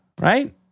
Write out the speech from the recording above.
right